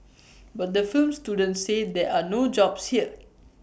but the film students say there are no jobs here